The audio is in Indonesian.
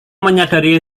menyadari